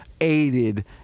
aided